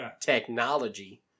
technology